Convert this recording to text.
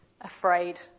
afraid